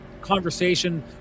conversation